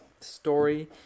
story